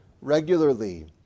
regularly